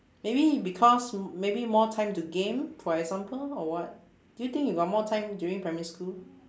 maybe because m~ maybe more time to game for example or what do you think you got more time during primary school